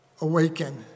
Awaken